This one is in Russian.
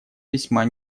весьма